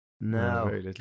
no